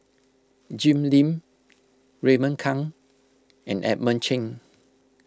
Jim Lim Raymond Kang and Edmund Cheng